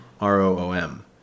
R-O-O-M